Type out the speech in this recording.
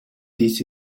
this